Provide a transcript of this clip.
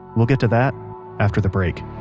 we'll get to that after the break